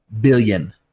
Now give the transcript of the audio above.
billion